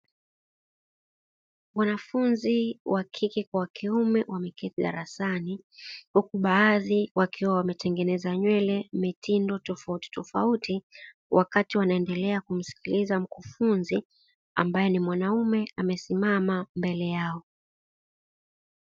Wanafunzi wakike kwa wakiume wameketi darasani, huku baadhi wakiwa wametengeneza nywele mitindo tofautitofauti, wakati wanaendelea kumsikiliza mkufunzi ambae ni mwanaume amesimama mbele yao.